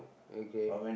okay